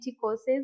courses